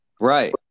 Right